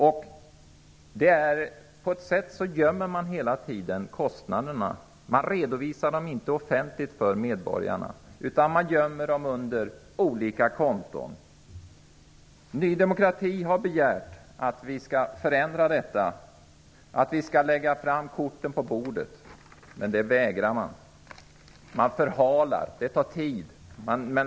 På något sätt gömmer man hela tiden kostnaderna -- man redovisar dem inte offentligt för medborgarna utan gömmer undan dem under olika konton. Ny demokrati har begärt att vi skall ändra på detta, att vi skall lägga korten på bordet, men det vägrar man. Man förhalar, och det tar tid.